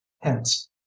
hence